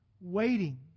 waiting